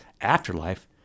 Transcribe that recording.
afterlife